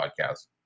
podcast